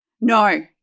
No